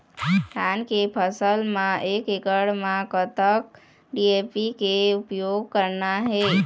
धान के फसल म एक एकड़ म कतक डी.ए.पी के उपयोग करना हे?